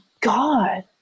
God